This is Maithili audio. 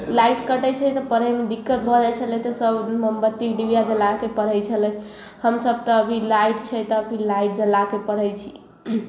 लाइट कटै छै तऽ पढ़ैमे दिक्कत भऽ जाइ छलै तऽ सब मोमबत्ती डिबिया जलाके पढ़ै छलथि हमसब तऽ अभी लाइट छै तऽ फिर लाइट जलाके पढ़ै छी